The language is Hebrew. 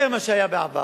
יותר משהיה בעבר,